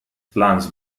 plans